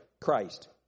Christ